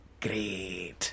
Great